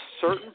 certain